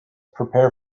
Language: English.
prepare